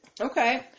okay